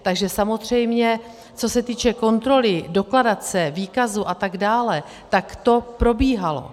Takže samozřejmě co se týče kontroly dokladace, výkazu a tak dále, tak to probíhalo.